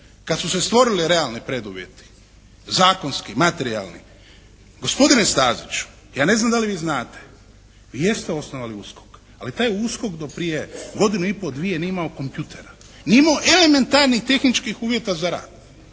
kad su se stvorili realni preduvjeti, zakonski, materijalni. Gospodine Staziću, ja ne znam da li vi znate vi jeste osnovali USKOK, ali taj USKOK do prije godinu i pol, dvije nije imao kompjutera, nije imao elementarnih tehničkih uvjeta za rad.